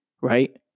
right